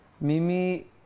Mimi